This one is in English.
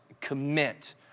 commit